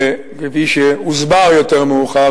כפי שהוסבר יותר מאוחר,